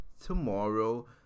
tomorrow